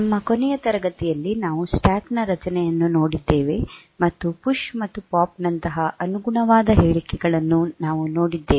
ನಮ್ಮ ಕೊನೆಯ ತರಗತಿಯಲ್ಲಿ ನಾವು ಸ್ಟ್ಯಾಕ್ ನ ರಚನೆಯನ್ನು ನೋಡಿದ್ದೇವೆ ಮತ್ತು ಪುಶ್ ಮತ್ತು ಪಾಪ್ ನಂತಹ ಅನುಗುಣವಾದ ಹೇಳಿಕೆಗಳನ್ನು ನಾವು ನೋಡಿದ್ದೇವೆ